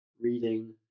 reading